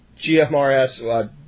GMRS